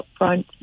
upfront